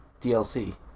DLC